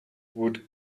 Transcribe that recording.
would